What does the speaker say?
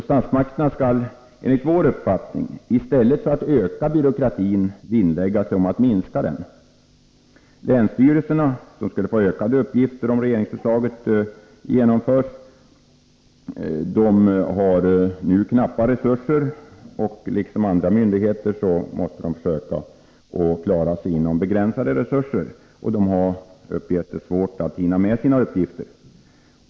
Statsmakterna skall enligt vår uppfattning i stället för att öka byråkratin vinnlägga sig om att minska den. Länsstyrelserna, som skulle få ökade uppgifter om regeringsförslaget genomförs, har f. n. knappa resurser. Liksom andra myndigheter måste de alltså klara sin verksamhet inom ramen för sina begränsade resurser. De har enligt vad som anges också svårt att hinna med sina uppgifter.